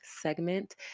segment